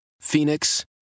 Phoenix